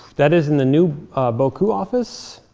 that is in the new bocoup office.